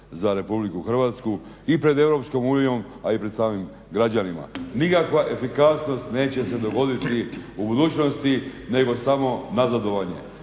za RH i pred EU a i pred samim građanima. Nikakva efikasnost neće se dogoditi u budućnosti nego samo nazadovanje,